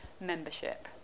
Membership